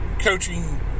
coaching